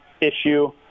issue